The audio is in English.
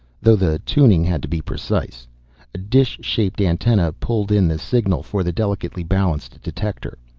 though the tuning had to be precise. a dish-shaped antenna pulled in the signal for the delicately balanced detector.